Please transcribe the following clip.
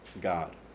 God